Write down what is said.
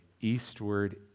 eastward